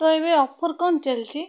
ତ ଏବେ ଅଫର୍ କଣ ଚାଲିଛି